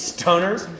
Stoners